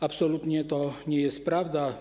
Absolutnie to nie jest prawda.